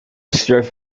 strip